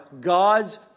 God's